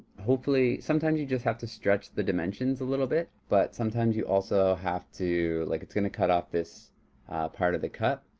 hopefully, sometimes you just have to stretch the dimensions a little bit. but sometimes you also have to, like, it's gonna cut off this part of the cup.